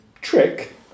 trick